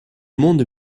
monde